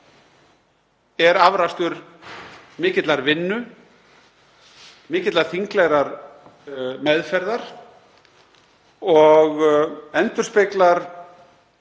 er afrakstur mikillar vinnu, mikillar þinglegrar meðferðar og endurspeglar